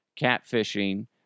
catfishing